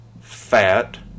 fat